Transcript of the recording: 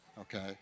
Okay